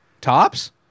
tops